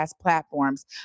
platforms